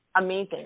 amazing